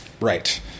Right